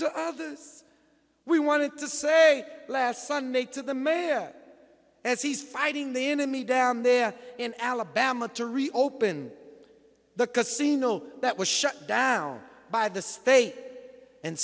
this we wanted to say last sunday to the mayor as he's fighting the enemy down there in alabama to reopen the casino that was shut down by the state and